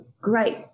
great